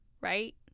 right